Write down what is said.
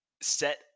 set